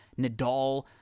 Nadal